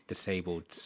Disabled